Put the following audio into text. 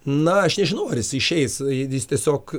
na aš nežinau ar jisai išeis jis jis tiesiog